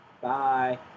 Bye